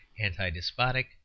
anti-despotic